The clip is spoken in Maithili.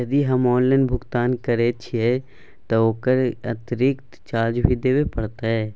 यदि हम ऑनलाइन भुगतान करे छिये त की ओकर अतिरिक्त चार्ज भी देबे परतै?